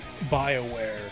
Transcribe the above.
Bioware